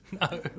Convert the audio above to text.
No